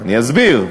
אבל למה?